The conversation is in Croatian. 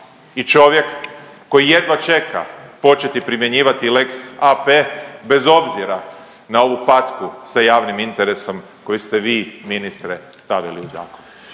I čovjek koji jedva čeka početi primjenjivati lex AP bez obzira na ovu patku sa javnim interesom koji ste vi ministre stavili u zakon.